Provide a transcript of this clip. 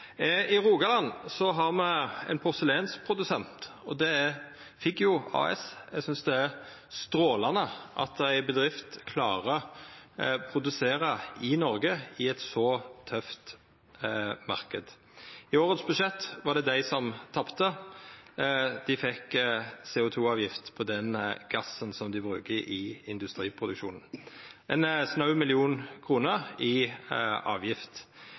I Rogaland har me ein porselensprodusent, og det er Figgjo AS. Eg synest det er strålande at ei bedrift klarer å produsera i Noreg i ein så tøff marknad. I budsjettet i år var det dei som tapte. Dei fekk CO 2 -avgift på gassen dei bruker i industriproduksjonen – ein snau million kroner i avgift.